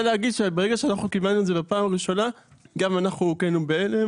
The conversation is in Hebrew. להגיד שברגע שאנחנו קיבלנו את זה בפעם הראשונה גם אנחנו הוכינו בהלם,